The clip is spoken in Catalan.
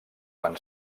van